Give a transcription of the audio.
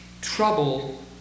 trouble